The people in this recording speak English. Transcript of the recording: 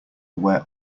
where